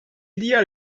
diğer